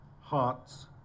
heart's